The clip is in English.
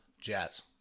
Jazz